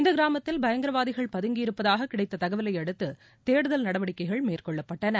இந்த கிராமத்தில் பயங்கரவாதிகள் பதங்கியிருப்பதாக கிடைத்த தகவலையடுத்து தேடுதல் நடவடிக்கைகள் மேற்கொள்ளப்பட்டன